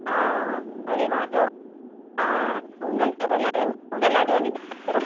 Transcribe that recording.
हा हरे माधव हा सोनल था ॻाल्हायो सोनल आडवानी था ॻाल्हायो